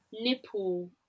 nipple